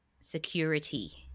security